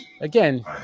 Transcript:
Again